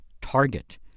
target